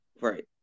Right